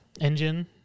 engine